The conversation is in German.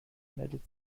meldete